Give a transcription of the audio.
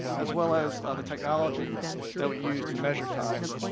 as well as the technology that we use to measure time,